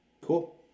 Cool